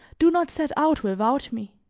do not set out without me.